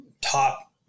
top